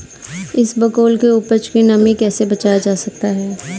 इसबगोल की उपज को नमी से कैसे बचाया जा सकता है?